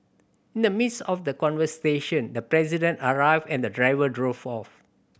in the midst of the conversation the President arrived and the driver drove off